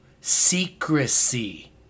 Secrecy